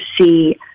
see